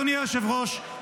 אדוני היושב-ראש,